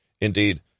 Indeed